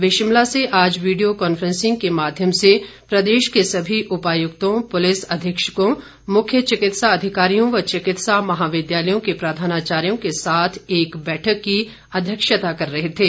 वे शिमला से आज video conferencing माध्यम से प्रदेश के सभी उपायुक्तों पुलिस अधीक्षकों मुख्य चिकित्सा अधिकारियों व चिकित्सा महाविद्यालयों के प्रधानाचार्यों के साथ एक बैठक की अध्यक्षता कर रहे थे